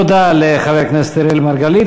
תודה לחבר הכנסת אראל מרגלית.